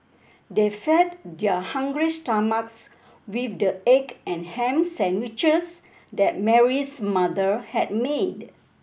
they fed their hungry stomachs with the egg and ham sandwiches that Mary's mother had made